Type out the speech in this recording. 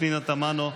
פנינה תמנו,